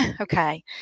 okay